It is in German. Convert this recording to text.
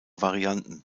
varianten